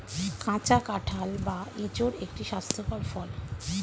কাঁচা কাঁঠাল বা এঁচোড় একটি স্বাস্থ্যকর ফল